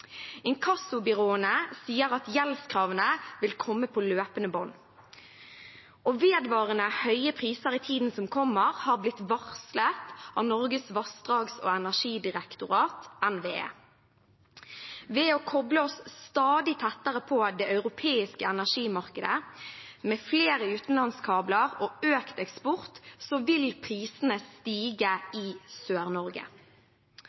Inkassobyråene sier at gjeldskravene vil komme på løpende bånd. Vedvarende høye priser i tiden som kommer, har blitt varslet av Norges vassdrags- og energidirektorat – NVE. Ved å koble oss stadig tettere på det europeiske energimarkedet, med flere utenlandskabler og økt eksport, vil prisene stige